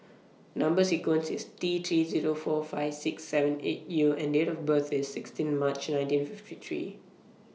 Number sequence IS T three Zero four five six seven eight U and Date of birth IS sixteen March nineteen fifty three